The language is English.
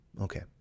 Okay